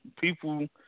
people